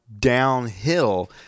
Downhill